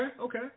okay